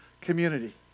community